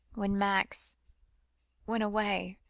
when max went away,